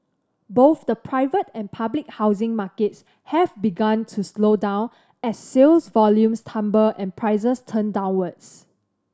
both the private and public housing markets have begun to slow down as sales volumes tumble and prices turn downwards